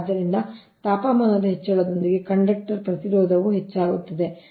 ಆದ್ದರಿಂದ ತಾಪಮಾನದ ಹೆಚ್ಚಳದೊಂದಿಗೆ ಕಂಡಕ್ಟರ್ ಪ್ರತಿರೋಧವು ಹೆಚ್ಚಾಗುತ್ತದೆ